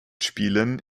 spielen